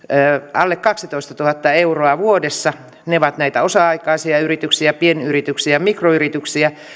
alle kaksitoistatuhatta euroa vuodessa ne ovat näitä osa aikaisia yrityksiä pienyrityksiä mikroyrityksiä